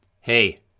Hey